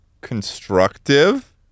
constructive